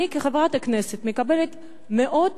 אני, כחברת הכנסת, מקבלת מאות